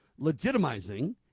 legitimizing